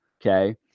Okay